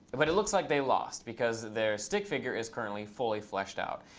but but it looks like they lost, because their stick figure is currently fully fleshed out.